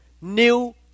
new